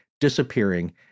disappearing